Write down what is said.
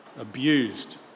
abused